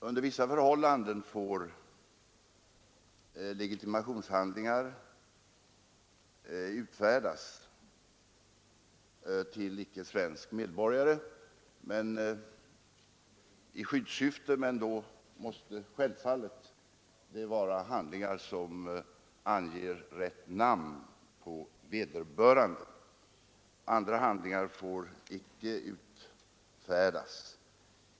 Under vissa förhållanden får legitimationshandlingar utfärdas till icke svensk medborgare i skyddssyfte, men då måste det självfallet vara handlingar som anger rätt namn på vederbörande. Andra handlingar får icke utfärdas.